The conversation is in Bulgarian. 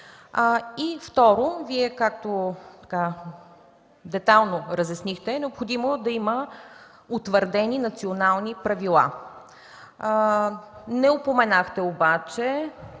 Второ, както детайлно разяснихте, е необходимо да има утвърдени национални правила. Не упоменахте обаче